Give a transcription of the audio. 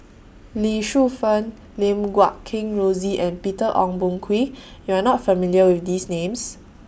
Lee Shu Fen Lim Guat Kheng Rosie and Peter Ong Boon Kwee YOU Are not familiar with These Names